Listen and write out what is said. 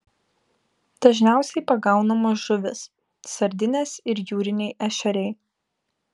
dažniausiai pagaunamos žuvys sardinės ir jūriniai ešeriai